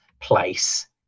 place